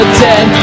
dead